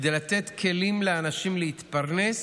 כדי לתת כלים לאנשים להתפרנס,